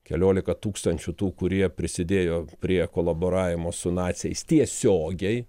keliolika tūkstančių tų kurie prisidėjo prie kolaboravimo su naciais tiesiogiai